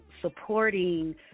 supporting